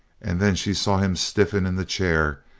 and then she saw him stiffen in the chair,